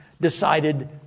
decided